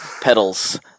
Pedals